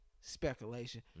Speculation